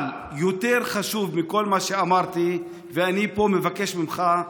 אבל יותר חשוב מכל מה שאמרתי, ואני מבקש ממך: